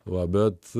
va bet